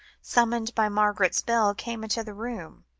summoned by margaret's bell, came into the room,